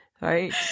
Right